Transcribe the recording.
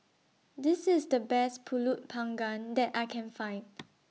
This IS The Best Pulut Panggang that I Can Find